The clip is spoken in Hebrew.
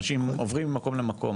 אנשים עוברים ממקום למקום.